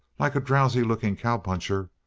like a drowsy-looking cow-puncher,